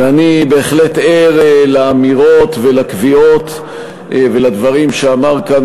ואני בהחלט ער לאמירות ולקביעות ולדברים שאמר כאן